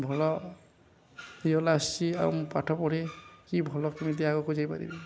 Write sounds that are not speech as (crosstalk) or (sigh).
ଭଲ (unintelligible) ଆସିଛି ଆଉ ମୁଁ ପାଠ ପଢ଼ି କିି ଭଲ କେମିତି ଆଗକୁ ଯାଇପାରିବି